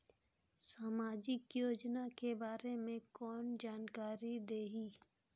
समाजिक योजना के बारे मे कोन जानकारी देही?